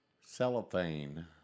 Cellophane